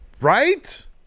Right